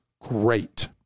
great